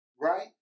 right